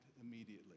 immediately